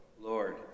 Lord